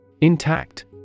Intact